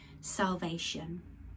salvation